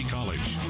College